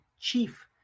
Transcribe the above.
chief